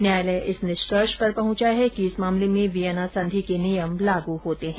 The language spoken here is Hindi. न्यांयालय इस निष्कर्ष पर पहुंचा है कि इस मामले में वियना संधि के नियम लागू होते हैं